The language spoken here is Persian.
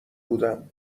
بودم